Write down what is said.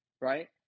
Right